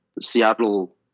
Seattle